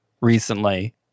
recently